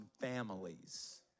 families